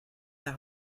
der